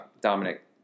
Dominic